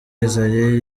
isaie